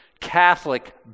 Catholic